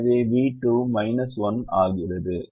எனவே v2 1 ஆகிறது